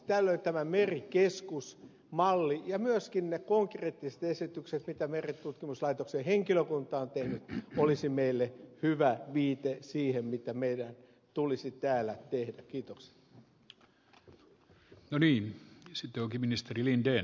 tällöin tämä merikeskus malli ja myöskin ne konkreettiset esitykset mitä merentutkimuslaitoksen henkilökunta on tehnyt olisi meille hyvä viite siihen mitä meidän tulisi täällä ei kiitos oli esitelty ministeri linden